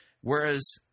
Whereas